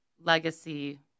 legacy